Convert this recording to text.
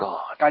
God